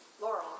Laurel